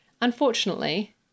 Unfortunately